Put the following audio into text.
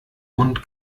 und